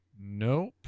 Nope